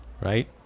right